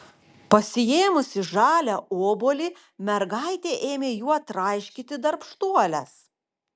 pasiėmusi žalią obuolį mergaitė ėmė juo traiškyti darbštuoles